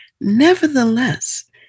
Nevertheless